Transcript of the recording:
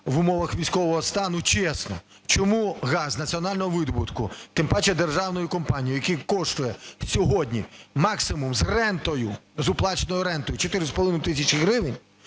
в умовах військового стану чесно, чому газ національного видобутку, тим паче державної компанії, який коштує сьогодні максимум з рентою, з оплаченою рентою, 4,5 тисячі гривень,